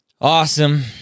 Awesome